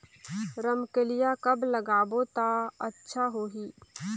रमकेलिया कब लगाबो ता अच्छा होही?